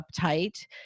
uptight